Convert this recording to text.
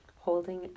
holding